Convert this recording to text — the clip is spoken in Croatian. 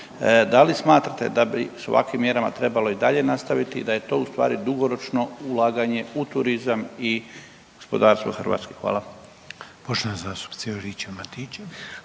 Da li smatrate da bi sa ovakvim mjerama trebalo i dalje nastaviti i da je to u stvari dugoročno ulaganje u turizam i gospodarstvo Hrvatske. Hvala.